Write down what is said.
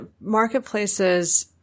marketplaces